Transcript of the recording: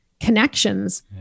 connections